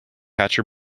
catcher